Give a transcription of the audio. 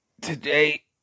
today